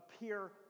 appear